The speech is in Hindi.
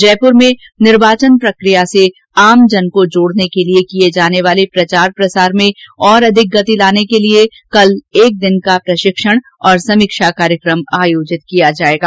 जयपूर में निर्वाचन प्रकिया से आमजन को जोड़ने के लिए किए जाने वाले प्रचार प्रसार में और अधिक गति लाने के लिए कल एक दिन का प्रशिक्षण और समीक्षा कार्यक्रम आयोजित किया जाएगा